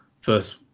first